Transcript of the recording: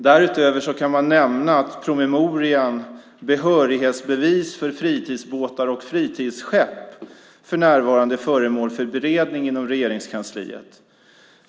Därutöver kan man nämna att promemorian Behörighetsbevis för fritidsbåtar och fritidsskepp för närvarande är föremål för beredning inom Regeringskansliet.